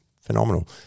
phenomenal